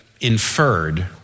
inferred